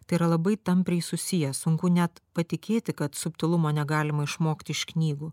tai yra labai tampriai susiję sunku net patikėti kad subtilumo negalima išmokti iš knygų